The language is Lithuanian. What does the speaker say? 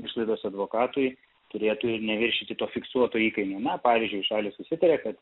išlaidos advokatui turėtų ir neviršyti to fiksuoto įkainio na pavyzdžiui šalys susitarė kad